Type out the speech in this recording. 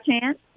chance